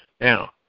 Now